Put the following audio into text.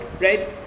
right